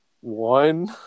One